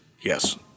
yes